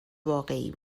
واقعی